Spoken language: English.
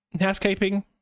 housekeeping